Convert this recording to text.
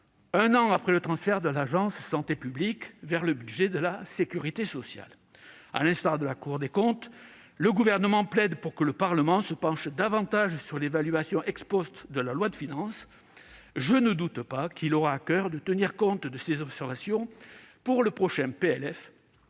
un an après le transfert de l'agence Santé publique France vers le budget de la sécurité sociale. À l'instar de la Cour des comptes, le Gouvernement plaide pour que le Parlement se penche davantage sur l'évaluation de la loi de finances : je ne doute pas qu'il aura à coeur de tenir compte de ces observations pour le prochain